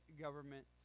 government